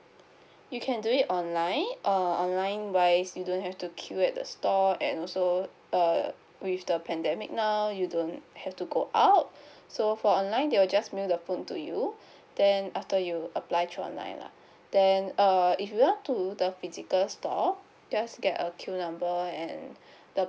you can do it online uh online wise you don't have to queue at the store and also uh with the pandemic now you don't have to go out so for online they will just mail the phone to you then after you apply through online lah then uh if you up to the physical store just get a queue number and the